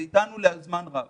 היא אתנו לזמן רב.